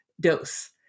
dose